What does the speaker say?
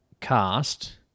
cast